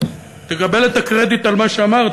תקבל את הקרדיט על מה שאמרת.